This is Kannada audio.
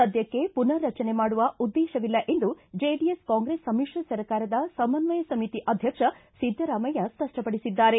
ಸಧ್ಯಕ್ಷೆ ಪುನ ರಚನೆ ಮಾಡುವ ಉದ್ದೇಶವಿಲ್ಲ ಎಂದು ಜೆಡಿಎಸ್ ಕಾಂಗ್ರೆಸ್ ಸಮಿತ್ರ ಸರ್ಕಾರದ ಸಮನ್ವಯ ಸಮಿತಿ ಅಧ್ಯಕ್ಷ ಸಿದ್ದರಾಮಯ್ಯ ಸ್ಪಷ್ಪಪಡಿಸಿದ್ದಾರೆ